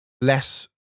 less